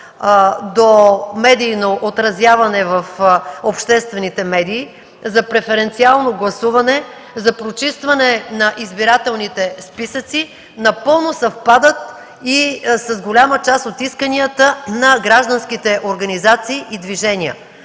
до медийно отразяване в обществените медии, за преференциално гласуване, за прочистване на избирателните списъци напълно съвпадат и с голяма част от исканията на гражданските организации и движения.